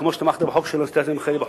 כמו שתמכת בחוק של אנסטסיה מיכאלי,